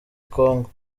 congo